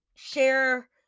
share